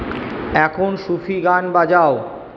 এখন সুফি গান বাজাও